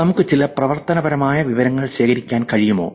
നമുക്ക് ചില പ്രവർത്തനപരമായ വിവരങ്ങൾ ശേഖരിക്കാൻ കഴിയുമോ